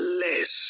less